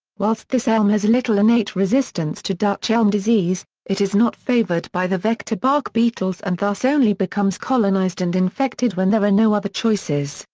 whilst this elm has little innate resistance to dutch elm disease, it is not favoured by the vector bark beetles and thus only becomes colonized and infected when there are no other choices,